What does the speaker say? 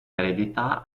eredità